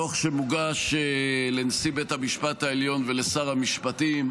דוח שמוגש לנשיא בית המשפט העליון ולשר המשפטים.